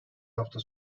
hafta